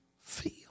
feel